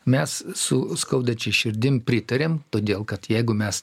mes su skaudančia širdim pritariam todėl kad jeigu mes